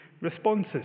responses